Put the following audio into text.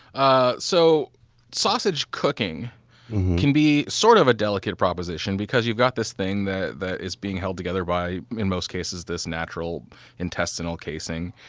a blanket so sausage cooking can be sort of a delicate proposition because you've got this thing that that is being held together by, in most cases, this natural intestinal casing.